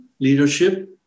leadership